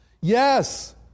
Yes